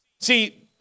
See